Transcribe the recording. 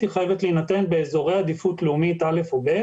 היא חייבת להינתן באזורי עדיפות לאומית א' או ב'